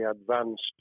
advanced